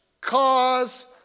cause